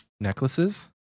necklaces